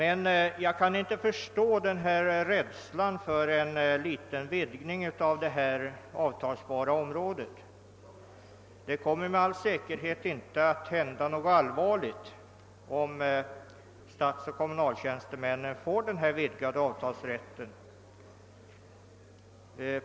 Jag kan inte förstå denna rädsla för en liten vidgning av det avtalsbara området. Det kommer helt säkert inte att hända något allvarligt, om statsoch kommunaltjänstemännen får denna vidgade avtalsrätt.